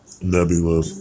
Nebula